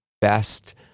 best